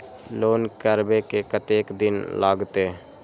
Loan करबे में कतेक दिन लागते?